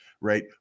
right